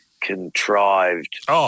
contrived